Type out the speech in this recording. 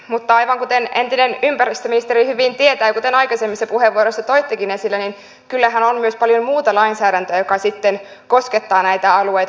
mutta aivan kuten entinen ympäristöministeri hyvin tietää ja kuten aikaisemmissa puheenvuoroissa toittekin esille niin kyllähän on myös paljon muuta lainsäädäntöä joka sitten koskettaa näitä alueita